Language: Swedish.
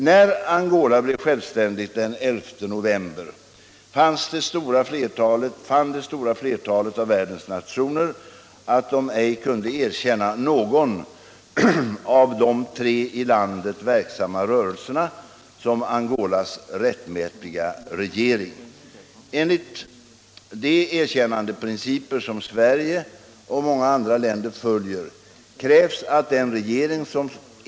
När Angola blev självständigt den 11 november fann det stora flertalet av världens nationer att de ej kunde erkänna någon av de tre i landet verksamma rörelserna som Angolas rättmätiga regering. Enligt de erkännandeprinciper som Sverige och många andra länder följer krävs att den regering som.